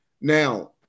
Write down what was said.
Now